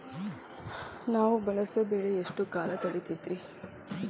ನಾವು ಬೆಳಸೋ ಬೆಳಿ ಎಷ್ಟು ಕಾಲ ತಡೇತೇತಿ?